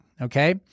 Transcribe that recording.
okay